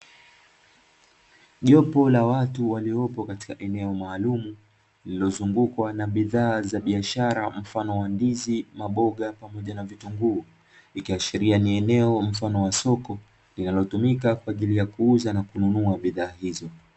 Jopo la watu waliopo katika eneo maalumu lililozungukwa na bidhaa za biashara mfano wa ndizi, maboga pamoja na vitunguu ikiashiria ni eneo mfano wa soko linalotumika kwa ajili ya kuuza na kununua bidhaa hizo.